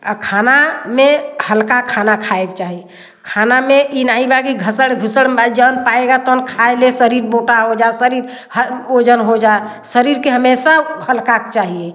खाना में हल्का खाना खाए के चाहि खाना में ई नाही बा कि घसड़ घूसड़ माल जौन पाएगा तौन खाई ले शरीर बोटा हो जाओ शरीर हर ओजन हो जा शरीर के हमेशा हल्क चाहिए